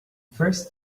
first